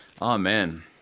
Amen